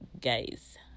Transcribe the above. guys